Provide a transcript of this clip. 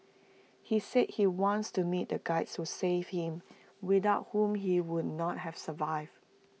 he said he wants to meet the Guides who saved him without whom he would not have survived